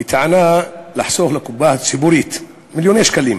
בטענה, לחסוך לקופה הציבורית מיליוני שקלים.